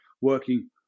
working